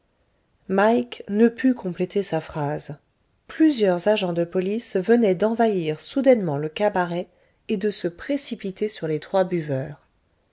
mike ne put compléter sa phrase plusieurs agents de police venaient d'envahir soudainement le cabaret et de se précipiter sur les trois buveurs